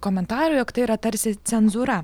komentarų jog tai yra tarsi cenzūra